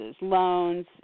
loans